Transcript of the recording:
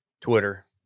Twitter